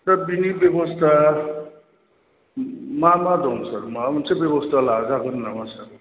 दा बेनि बेब'स्था मा मा दं सार माबा मोनसे बेब'स्था लाजागौमोन नामा सार